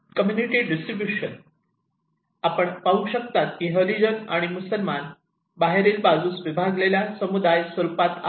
community distribution आपण पाहू शकता की हरिजन आणि मुसलमान बाहेरील बाजूस विभागलेला समुदाय स्वरूपात आहेत